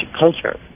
culture